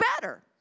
better